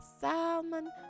Salmon